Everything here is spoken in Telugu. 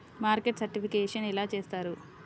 మార్కెట్ సర్టిఫికేషన్ ఎలా చేస్తారు?